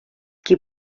qui